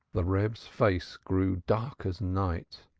the reb's face grew dark as night.